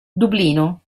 dublino